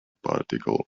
particle